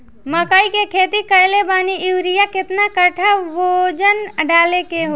मकई के खेती कैले बनी यूरिया केतना कट्ठावजन डाले के होई?